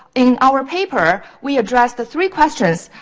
in our paper, we address the three questions